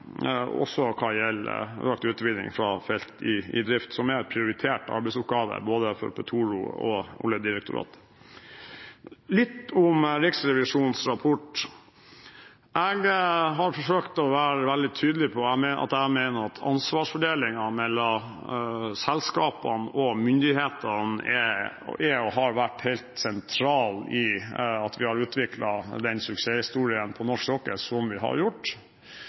også hva gjelder økt utvinning fra felt i drift, som er en prioritert arbeidsoppgave for både Petoro og Oljedirektoratet. Litt om Riksrevisjonens rapport: Jeg har forsøkt å være veldig tydelig på at jeg mener at ansvarsfordelingen mellom selskapene og myndighetene er og har vært helt sentral i den suksesshistorien som vi har utviklet på norsk sokkel. Det har vært prinsipper som har